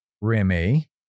Remy